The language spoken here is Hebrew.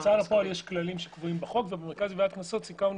יש כללים בהוצאה לפועל שקבועים בחוק ובמרכז לגביית קנסות סיכמנו